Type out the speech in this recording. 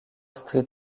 street